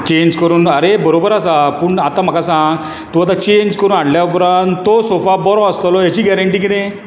change करून आरे बरोबर आसा पूण आतां म्हाका सांग तुवें आतां चेंज करून हाडल्या उपरांत तो सोफा बरो आसतलो हेची गॅरिंटी कितें